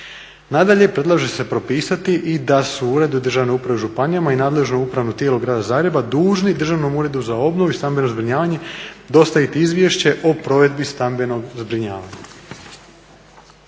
Nadalje, predlaže se propisati i da su Uredi državne uprave u županijama i nadležno upravno tijelo Grada Zagreba dužni Državnom uredu za obnovu i stambeno zbrinjavanje dostaviti izvješće o provedbi stambenog zbrinjavanja.